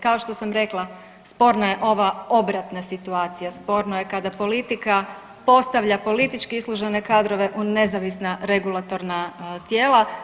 Kao što sam rekla sporna je ova obratna situacija, sporno je kada politika postavlja politički islužene kadrove u nezavisna regulatorna tijela.